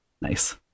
Nice